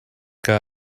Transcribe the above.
que